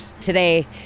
today